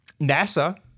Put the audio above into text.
NASA